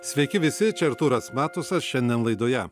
sveiki visi čia artūras matusas šiandien laidoje